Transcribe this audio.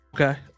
okay